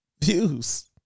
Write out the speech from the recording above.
views